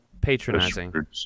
Patronizing